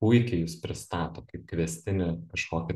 puikiai jus pristato kaip kviestinį kažkokį